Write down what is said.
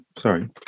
sorry